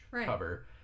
cover